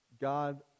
God